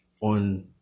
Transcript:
on